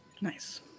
nice